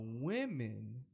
women